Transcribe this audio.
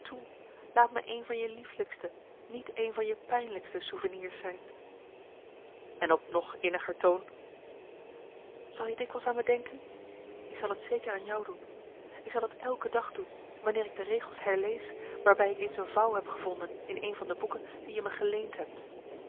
laat me een van je lieflijkste niet een van je pijnlijkste souvenirs zijn en op nog innigere toon zal je dikwijls aan me denken ik zal t zeker aan jou doen ik zal t elke dag doen wanneer ik de regels herlees waarbij ik eens een vouw heb gevonden in een van de boeken die je me geleend hebt